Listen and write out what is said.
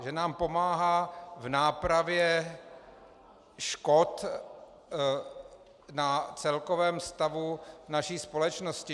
Že nám pomáhá v nápravě škod na celkovém stavu naší společnosti.